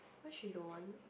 why she don't want